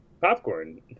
popcorn